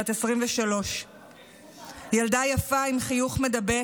בת 23. היא ילדה יפה עם חיוך מידבק,